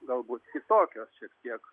galbūt kitokios šiek tiek